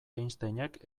einsteinek